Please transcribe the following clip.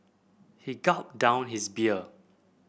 he gulped down his beer